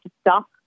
stop